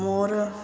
ਮੋਰ